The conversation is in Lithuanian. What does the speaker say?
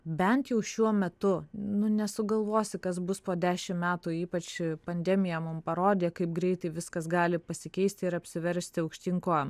bent jau šiuo metu nu nesugalvosi kas bus po dešimt metų ypač pandemija mum parodė kaip greitai viskas gali pasikeisti ir apsiversti aukštyn kojom